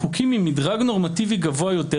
כחוקים עם מדרג נורמטיבי גבוה יותר,